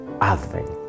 Advent